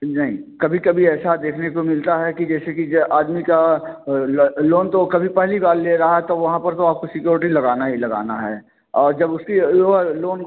मिल जाएंगे कभी कभी ऐसा देखने को मिलता है कि जैसे कि आदमी का लोन तो कभी पहली बार ले रहा है तो वहाँ पर तो आपको सिक्युरिटी लगाना ही लगाना है और जब उसके लोन